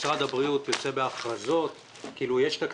משרד הבריאות יוצא בהכרזות כאילו יש תקציב,